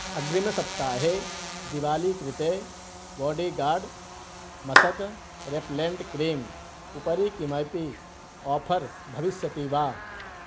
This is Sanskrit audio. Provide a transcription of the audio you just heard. अग्रिमसप्ताहे दीपावलिः कृते बोडीगार्ड् मशकः रेप्लेण्ट् क्रीम् उपरि किमपि आफर् भविष्यति वा